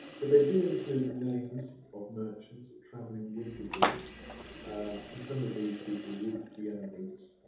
but they do include the names of merchants travelling with the goods and some of these people would be emigrants,